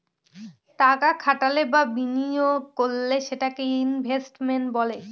টাকা খাটালে বা বিনিয়োগ করলে সেটাকে ইনভেস্টমেন্ট বলে